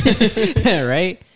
Right